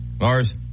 Lars